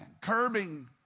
curbing